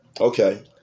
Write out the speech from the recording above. Okay